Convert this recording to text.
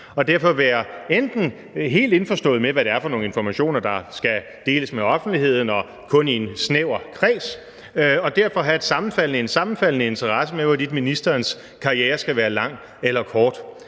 være helt indforstået med, hvad det er for nogle informationer, der enten skal deles med offentligheden eller kun i en snæver kreds, og derfor vil de have en sammenfaldende interesse med ministeren i, hvorvidt ministerens karriere skal være lang eller kort.